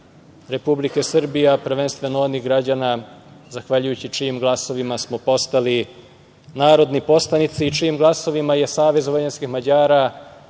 Republike Srbije, a prvenstveno onih građana zahvaljujući čijim glasovima smo postali narodni poslanici i čijim glasovima je SVM, naša